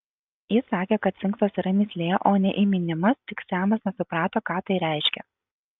jis sakė kad sfinksas yra mįslė o ne įminimas tik semas nesuprato ką tai reiškia